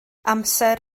amser